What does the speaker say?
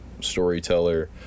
storyteller